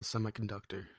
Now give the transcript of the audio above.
semiconductor